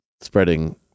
spreading